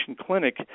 clinic